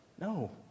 No